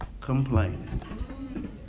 complaining